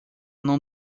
não